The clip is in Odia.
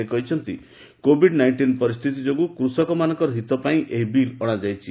ସେ କହିଛନ୍ତି କୋବିଡ୍ ନାଇଷ୍ଟିନ୍ ପରିସ୍ଥିତି ଯୋଗୁଁ କୃଷକମାନଙ୍କ ହିତ ପାଇଁ ଏହି ବିଲ୍ ଅଣାଯାଇଛି